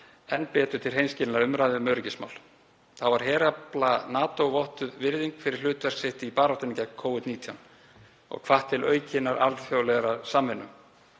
enn betur til hreinskilinnar umræðu um öryggismál. Þá var herafla NATO vottuð virðing fyrir hlutverk sitt í baráttunni gegn Covid-19 og hvatt til aukinnar alþjóðlegrar samvinnu.